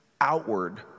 outward